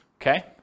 okay